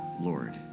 Lord